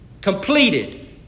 Completed